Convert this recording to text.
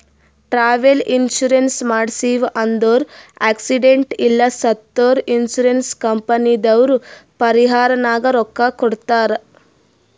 travel insurance ಮಾಡ್ಸಿವ್ ಅಂದುರ್ accident ಇಲ್ಲ ಸತ್ತುರ್ ಇನ್ಸೂರೆನ್ಸ್ ಕಂಪನಿದವ್ರು ಪರಿಹಾರನಾಗ್ ರೊಕ್ಕಾ ಕೊಡ್ತಾರ್